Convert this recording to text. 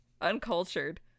Uncultured